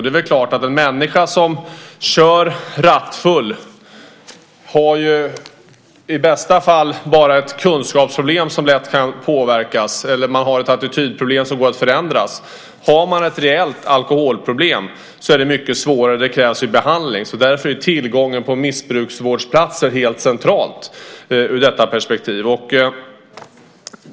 Det är klart att en människa som kör rattfull i bästa fall har bara ett kunskapsproblem som lätt kan påverkas eller har ett attitydproblem som går att förändra. Om man har ett reellt alkoholproblem så är det mycket svårare. Det krävs behandling. Därför är tillgången på missbrukarvårdsplatser helt central i detta perspektiv.